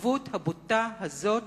המעורבות הבוטה הזאת,